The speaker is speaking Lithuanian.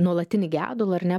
nuolatinį gedulą ar ne